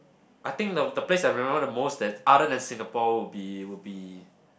I think the the place I remember the most that other than Singapore would be would be